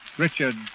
Richard